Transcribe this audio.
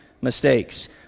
mistakes